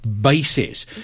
basis